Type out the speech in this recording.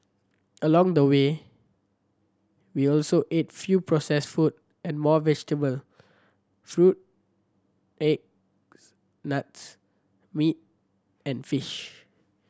along the way we also ate fewer processed food and more vegetable fruit eggs nuts meat and fish